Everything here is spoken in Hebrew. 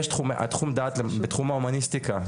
התחום דעת בתום ההומניסטיקה,